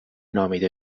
نامیده